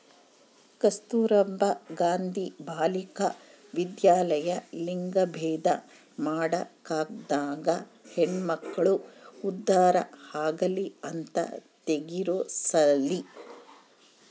ಕಸ್ತುರ್ಭ ಗಾಂಧಿ ಬಾಲಿಕ ವಿದ್ಯಾಲಯ ಲಿಂಗಭೇದ ಮಾಡ ಕಾಲ್ದಾಗ ಹೆಣ್ಮಕ್ಳು ಉದ್ದಾರ ಆಗಲಿ ಅಂತ ತೆಗ್ದಿರೊ ಸಾಲಿ